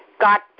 got